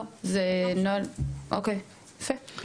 לא, אוקיי, יפה.